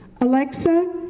alexa